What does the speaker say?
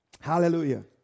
Hallelujah